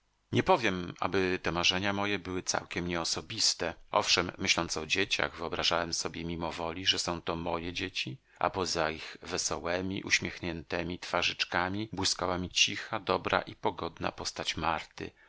nie powiem aby te marzenia moje były całkiem nieosobiste owszem myśląc o dzieciach wyobrażałem sobie mimowoli że są to moje dzieci a poza ich wesołemi uśmiechniętemi twarzyczkami błyskała mi cicha dobra i pogodna postać marty